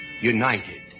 United